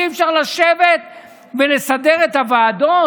אי-אפשר לשבת ולסדר את הוועדות?